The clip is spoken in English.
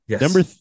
number